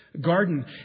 garden